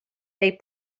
they